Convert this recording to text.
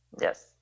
Yes